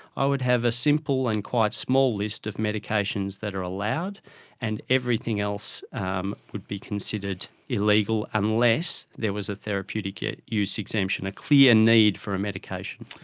i would have a simple and quite small list of medications that are allowed and everything else um would be considered illegal unless there was a therapeutic yeah use exemption, a clear need for a medication.